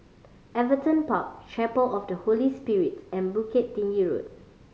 Everton Park Chapel of the Holy Spirit and Bukit Tinggi Road